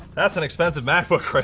that's an expensive mac book right